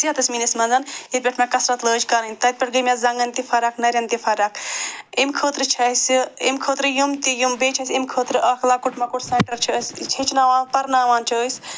صحتس میٛٲنِس منٛز ییٚتہِ پٮ۪ٹھ مےٚ کثرت لٲج کرٕنۍ تَتہِ پٮ۪ٹھ گٔے مےٚ زنٛگن تہِ فرق نرٮ۪ن تہِ فرق اَمہِ خٲطرٕ چھِ اَسہِ اَمہِ خٲطرٕ یِم تہِ یِم تہِ یِم بیٚیہِ چھِ اَسہِ اَمہِ خٲطرٕ اکھ لۄکُٹ مۄکُٹ سٮ۪نٛٹَر چھِ اَسہِ ہیٚچھناوان پرناوان چھِ أسۍ